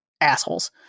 assholes